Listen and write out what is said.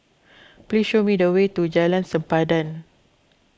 please show me the way to Jalan Sempadan